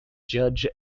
judge